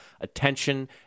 attention